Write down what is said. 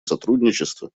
сотрудничества